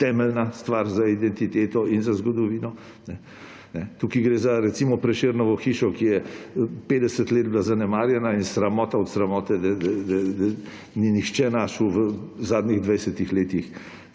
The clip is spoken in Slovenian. temeljna stvar za identiteto in za zgodovino. Tukaj gre, recimo, za Prešernovo hišo, ki je 50 let bila zanemarjena in sramota od sramote, da ni nihče našel v zadnjih 20 letih